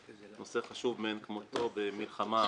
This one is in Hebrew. נושא חשוב מעין כמותו במלחמה בהרוגים.